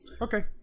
okay